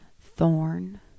Thorn